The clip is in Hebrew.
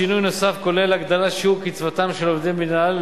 שינוי נוסף כולל הגדלת שיעור קצבתם של עובדי מינהל,